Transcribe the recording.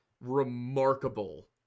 remarkable